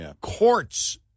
Courts